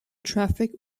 traffic